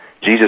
Jesus